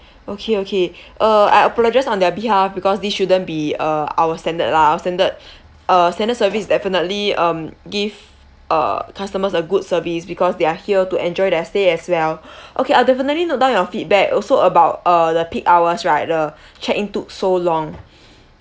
okay okay uh I apologise on their behalf because this shouldn't be uh our standard lah our standard uh standard service definitely um give uh customers a good service because they are here to enjoy their stay as well okay I'll definitely note down your feedback also about uh the peak hours right the check in took so long